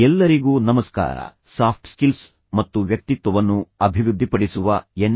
ಎಲ್ಲರಿಗೂ ನಮಸ್ಕಾರ soft skills ಮತ್ತು ವ್ಯಕ್ತಿತ್ವವನ್ನು ಅಭಿವೃದ್ಧಿಪಡಿಸುವ ಎನ್